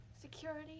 Security